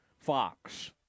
fox